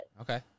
okay